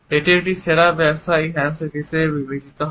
এটি একটি সেরা ব্যবসায়িক হ্যান্ডশেক হিসাবে বিবেচিত হয়